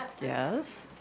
Yes